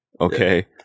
okay